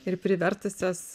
ir privertusios